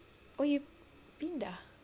oh you pindah